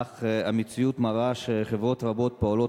אך המציאות מראה שחברות רבות פועלות